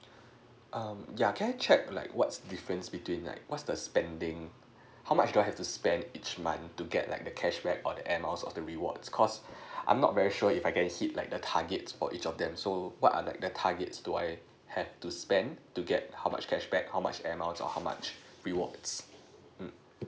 um yeah can I check like what's the difference between like what's the spending how much do I have to spend each month to get like the cash back or the air miles or the rewards cause I'm not very sure if I can suit like the target for each of them do what are like the target do I have to spend to get how much cash back how much air miles or how much rewards um